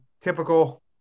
typical